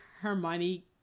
Hermione